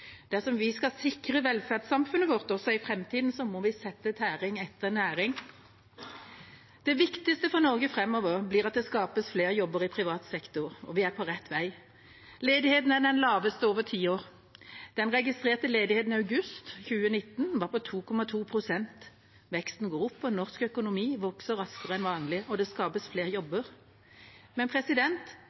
Dersom vi skal sikre velferdssamfunnet vårt også i framtida, må vi sette tæring etter næring. Det viktigste for Norge framover blir at det skapes flere jobber i privat sektor, og vi er på rett vei. Ledigheten er den laveste på over ti år. Den registrerte ledigheten i august 2019 var på 2,2 pst. Veksten går opp, norsk økonomi vokser raskere enn vanlig, og det skapes flere jobber. Men